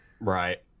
right